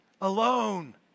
alone